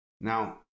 Now